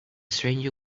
stranger